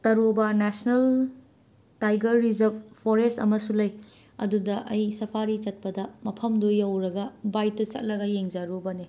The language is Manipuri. ꯇꯔꯣꯕ ꯅꯦꯁꯅꯦꯜ ꯇꯥꯏꯒꯔ ꯔꯤꯖ꯭ꯔ꯭ꯕ ꯐꯣꯔꯦꯁ ꯑꯃꯁꯨ ꯂꯩ ꯑꯗꯨꯗ ꯑꯩ ꯁꯐꯥꯔꯤ ꯆꯠꯄꯗ ꯃꯐꯝꯗꯨ ꯌꯧꯔꯒ ꯕꯥꯏ꯭ꯀꯇ ꯆꯠꯂꯒ ꯌꯦꯡꯖꯔꯨꯕꯅꯤ